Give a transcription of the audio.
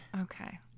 Okay